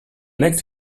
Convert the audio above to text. next